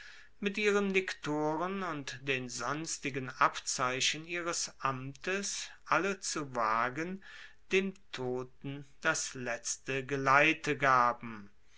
mit ihren liktoren und den sonstigen abzeichen ihres amtes alle zu wagen dem toten das letzte geleite gaben